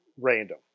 random